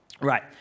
right